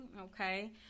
Okay